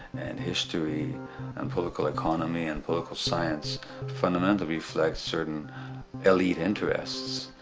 and history and political economy and political science fundamentally reflect certain elite interests.